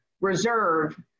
reserve